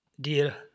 dear